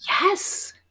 Yes